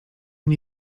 nie